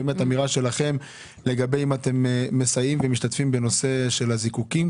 אני מבקש אמירה שלכם לגבי האם אתם מסייעים ומשתתפים בנושא של הזיקוקים,